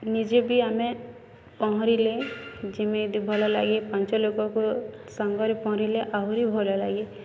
ନିଜେ ବି ଆମେ ପହଁରିଲେ ଯେମିତି ଭଲ ଲାଗେ ପାଞ୍ଚ ଲୋକଙ୍କ ସାଙ୍ଗରେ ପହଁରିଲେ ଆହୁରି ଭଲ ଲାଗେ